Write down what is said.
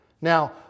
Now